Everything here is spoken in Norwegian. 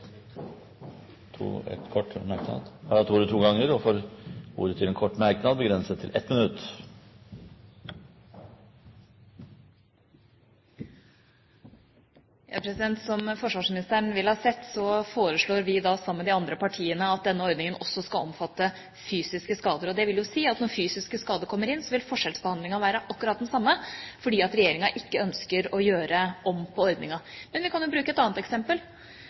minutt. Som forsvarsministeren vil ha sett, foreslår vi sammen med de andre partiene at denne ordningen også skal omfatte fysiske skader. Det vil si at når fysiske skader kommer inn, vil forskjellsbehandlingen være akkurat den samme fordi regjeringa ikke ønsker å gjøre om på ordningen. Men vi kan jo bruke et annet eksempel: